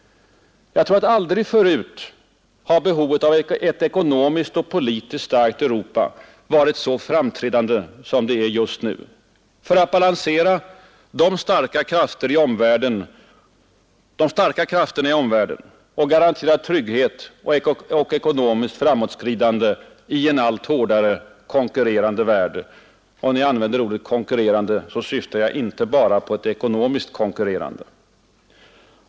Jag tror att aldrig tillförne har behovet av ett ekonomiskt och politiskt starkt Europa varit så framträdande som just nu för att balansera de starka krafterna i omvärlden och garantera trygghet och ekonomiskt framåtskridande i en allt hårdare konkurrerande värld, och när jag använder ordet konkurrerande syftar jag inte bara på konkurrens i ekonomiskt avseende.